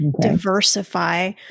diversify